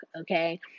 Okay